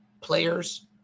players